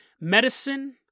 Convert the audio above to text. medicine